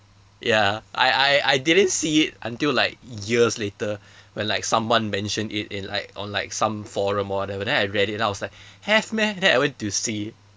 ya I I I didn't see it until like years later when like someone mentioned it in like or like some forum or whatever then I read it then I was like have meh then I went to see